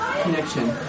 connection